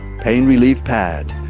pain relief pad.